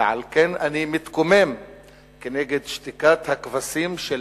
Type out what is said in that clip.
ועל כן אני מתקומם כנגד שתיקת הכבשים של